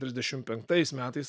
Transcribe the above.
trisdešim penktais metais